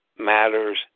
Matters